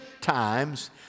times